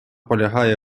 полягає